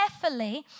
carefully